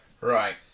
Right